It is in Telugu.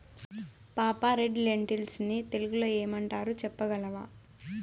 పాపా, రెడ్ లెన్టిల్స్ ని తెలుగులో ఏమంటారు చెప్పగలవా